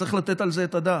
צריך לתת על זה את הדעת.